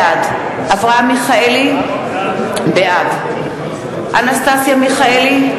בעד אברהם מיכאלי, בעד אנסטסיה מיכאלי,